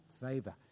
favor